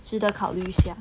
值得考虑一下